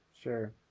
Sure